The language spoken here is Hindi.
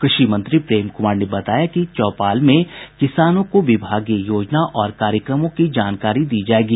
कृषि मंत्री प्रेम कुमार ने बताया कि चौपाल में किसानों को विभागीय योजना और कार्यक्रमों की जानकारी दी जायेगी